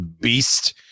beast